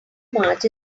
march